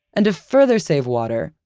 and to further save water,